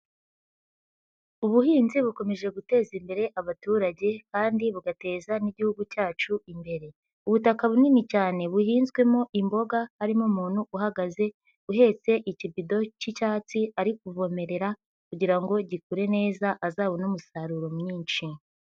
Ubuhinzi bukomeje guteza imbere abaturage kandi bugateza n'Igihugu cyacu imbere, ubutaka bunini cyane buhinzwemo imboga, harimo umuntu uhagaze uhetse ikibido cy'icyatsi ari kuvomerera kugira ngo gikure neza azabone umusaruro mwinshi.